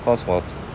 cause 我